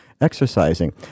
exercising